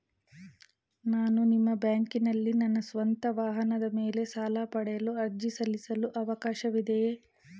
ನಾನು ನಿಮ್ಮ ಬ್ಯಾಂಕಿನಲ್ಲಿ ನನ್ನ ಸ್ವಂತ ವಾಹನದ ಮೇಲೆ ಸಾಲ ಪಡೆಯಲು ಅರ್ಜಿ ಸಲ್ಲಿಸಲು ಅವಕಾಶವಿದೆಯೇ?